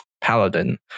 paladin